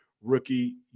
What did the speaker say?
rookie